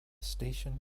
station